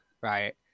right